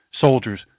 Soldiers